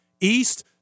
east